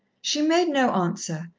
she made no answer,